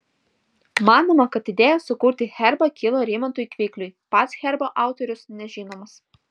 manoma kad idėja sukurti herbą kilo rimantui kvikliui pats herbo autorius nežinomas